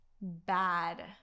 bad